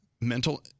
mental